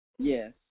Yes